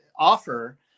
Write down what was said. offer